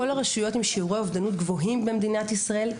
כל הרשויות עם שיעורי אובדנות גבוהים במדינת ישראל,